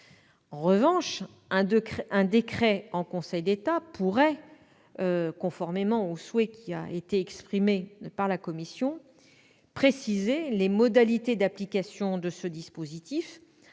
En revanche, un décret en Conseil d'État pourrait, conformément au souhait exprimé par la commission, préciser les modalités d'application de ce dispositif